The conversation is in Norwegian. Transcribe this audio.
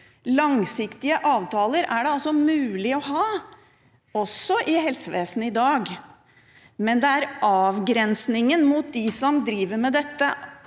Langsiktige avtaler er det mulig å ha også i helsevesenet i dag, men det er avgrensningen mot dem som driver med dette